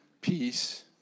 peace